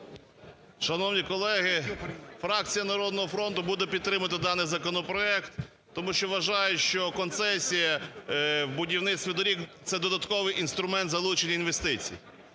Шановні колеги! Фракція "Народного фронту" буде підтримувати даний законопроект, тому що вважає, що концесія будівництва доріг – це додатковий інструмент залучення інвестицій.